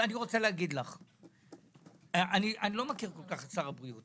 אני לא מכיר כל כך את שר הבריאות,